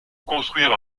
construire